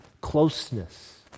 closeness